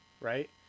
right